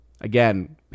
again